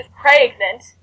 pregnant